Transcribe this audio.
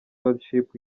worship